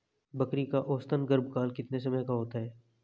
बकरी का औसतन गर्भकाल कितने समय का होता है?